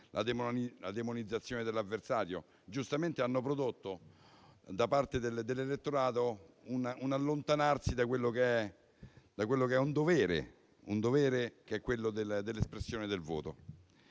la demonizzazione dell'avversario, giustamente hanno prodotto da parte dell'elettorato un allontanamento da quello che è un dovere, cioè l'espressione del voto.